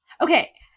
Okay